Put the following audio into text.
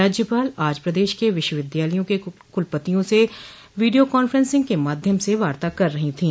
राज्यपाल आज प्रदेश के विश्वविद्यालयों के कुलपतियों से वीडियोकान्फेसिंग के माध्यम से वार्ता कर रही थीं